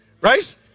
right